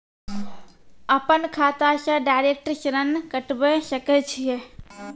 अपन खाता से डायरेक्ट ऋण कटबे सके छियै?